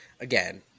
again